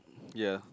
yah